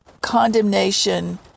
condemnation